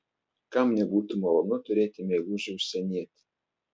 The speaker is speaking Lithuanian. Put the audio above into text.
kam nebūtų malonu turėti meilužį užsienietį